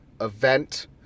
event